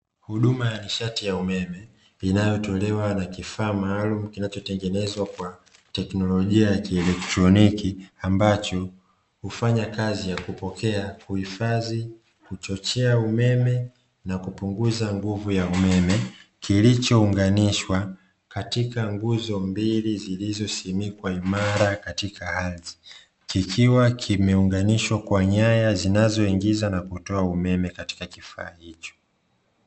Huduma ya nishati ya umeme inayotolewa na kifaa maalumu kinachotengenezwa kwa teknolojia ya kielectroniki, ambacho hufanya kazi ya kupokea, kuhifadhi, kuchochea umeme na kupunguza nguvu ya umeme, kilichounganishwa katika nguzo mbili zilizosimikwa imara katika ardhi kikiwa kimeunganishwa kwa nyaya zinazoingiza na kutoa umeme katika kifaa hicho.